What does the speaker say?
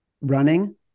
running